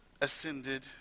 ascended